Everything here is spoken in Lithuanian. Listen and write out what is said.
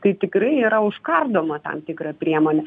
tai tikrai yra užkardoma tam tikra priemonė